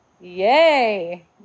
yay